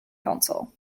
council